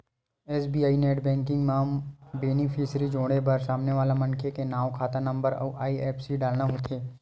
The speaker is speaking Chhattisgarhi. एस.बी.आई नेट बेंकिंग म बेनिफिसियरी जोड़े बर सामने वाला मनखे के नांव, खाता नंबर अउ आई.एफ.एस.सी डालना होथे